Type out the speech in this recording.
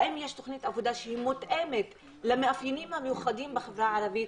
האם יש תוכנית עבודה שמותאמת למאפיינים המיוחדים בחברה הערבית